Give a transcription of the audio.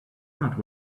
not